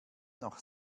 noch